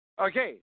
Okay